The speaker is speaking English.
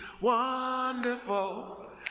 Wonderful